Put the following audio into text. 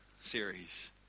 series